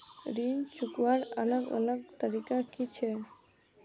ऋण चुकवार अलग अलग तरीका कि छे?